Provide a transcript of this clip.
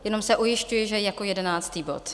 Jenom se ujišťuji, že jako jedenáctý bod.